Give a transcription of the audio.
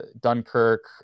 Dunkirk